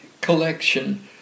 collection